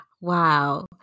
wow